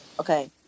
Okay